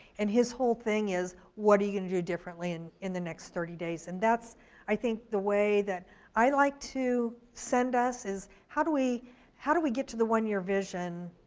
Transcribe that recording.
and his whole thing is what are you gonna do differently and in the next thirty days, and that's i think, the way that i like to send us is how do we how do we get to the one year vision